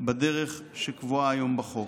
בדרך שקבועה היום בחוק.